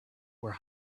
were